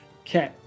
Okay